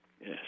Yes